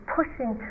pushing